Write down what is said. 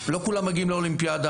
לא כולם מגיעים לאולימפיאדה,